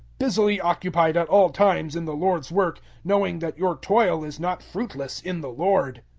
busily occupied at all times in the lord's work, knowing that your toil is not fruitless in the lord.